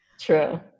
True